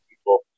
people